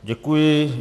Děkuji.